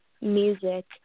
music